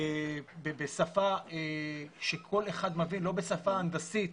כמובן בשפה שכל אחד מבין, לא בשפה הנדסית